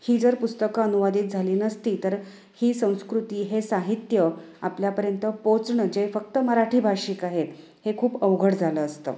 ही जर पुस्तकं अनुवादित झाली नसती तर ही संस्कृती हे साहित्य आपल्यापर्यंत पोचणं जे फक्त मराठी भाषिक आहेत हे खूप अवघड झालं असतं